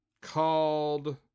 called